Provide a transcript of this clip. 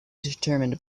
determined